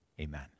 Amen